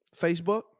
Facebook